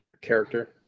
Character